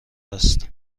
است